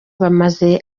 bamaze